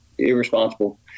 irresponsible